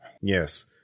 Yes